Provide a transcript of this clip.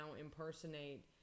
impersonate